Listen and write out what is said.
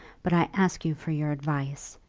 but i ask you for your advice.